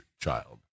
child